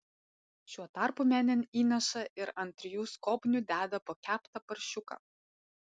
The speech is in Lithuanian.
šiuo tarpu menėn įneša ir ant trijų skobnių deda po keptą paršiuką